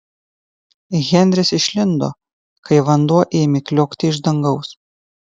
henris išlindo kai vanduo ėmė kliokti iš dangaus